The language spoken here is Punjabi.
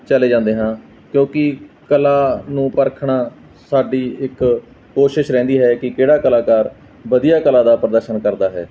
ਚਲੇ ਜਾਂਦੇ ਹਾਂ ਕਿਉਂਕਿ ਕਲਾ ਨੂੰ ਪਰਖਣਾ ਸਾਡੀ ਇੱਕ ਕੋਸ਼ਿਸ਼ ਰਹਿੰਦੀ ਹੈ ਕਿ ਕਿਹੜਾ ਕਲਾਕਾਰ ਵਧੀਆ ਕਲਾ ਦਾ ਪ੍ਰਦਰਸ਼ਨ ਕਰਦਾ ਹੈ